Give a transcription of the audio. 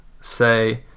say